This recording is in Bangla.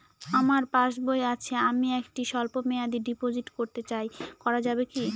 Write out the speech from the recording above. আমার পাসবই আছে আমি একটি স্বল্পমেয়াদি ডিপোজিট করতে চাই করা যাবে কি?